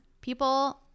people